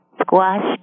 squash